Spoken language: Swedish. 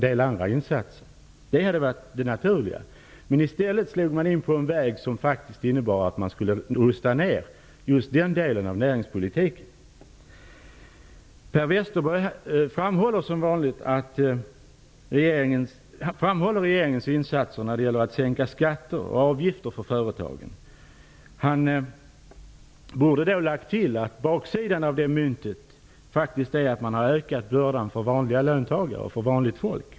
Det hade varit det naturliga. Men i stället slog man in på en väg som faktiskt innebar en nedrustning av just den delen av näringspolitiken. Som vanligt framhåller Per Westerberg regeringens insatser när det gäller att sänka skatter och avgifter för företagen. Han borde då ha tillagt att baksidan av det myntet faktiskt är att man har ökat bördan för vanliga löntagare och för vanligt folk.